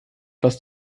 was